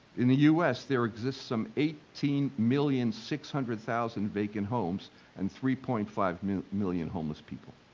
in the us there exists some eighteen million six hundred thousand vacant homes and three point five million homeless people.